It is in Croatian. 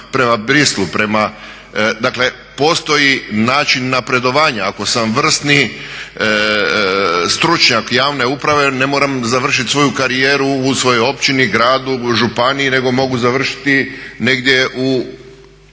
prema brislu. Dakle postoji način napredovanja, ako sam vrsni stručnjak javne uprave ne moram završit svoju karijeru u svojoj općini, gradu, županiji nego mogu završiti negdje u